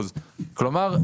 כלומר,